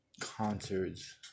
concerts